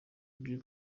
by’i